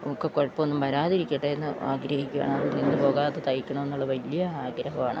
ഒക്കെ കുഴപ്പമൊന്നും വരാതിരിക്കട്ടെയെന്ന് ആഗ്രഹിക്കുകയാണ് അത് നിന്നുപോകാതെ തയ്ക്കണമെന്നുള്ള വലിയ ആഗ്രഹമാണ്